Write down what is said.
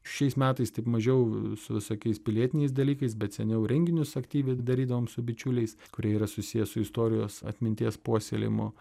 šiais metais taip mažiau su visokiais pilietiniais dalykais bet seniau renginius aktyviai darydavom su bičiuliais kurie yra susiję su istorijos atminties puoselėjimo